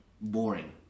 boring